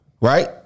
right